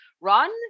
run